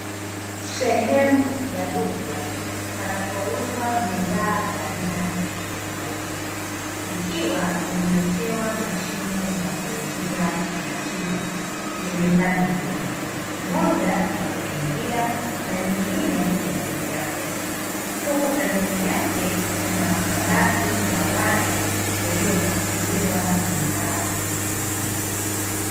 Sehemu ya duka panapouzwa bidha za aina tofautitofauti ikiwa imewekewa mashine ya kuuzia maziwa yenye pande mbili, moja ya kukingia na nyingine ya kuwekea pesa. Huku pembeni yake kuna makabati ya wazi yaliyopangiliwa bidhaa zingine.